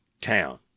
town